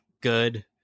good